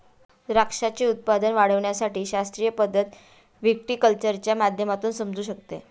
द्राक्षाचे उत्पादन वाढविण्याची शास्त्रीय पद्धत व्हिटीकल्चरच्या माध्यमातून समजू शकते